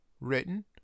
written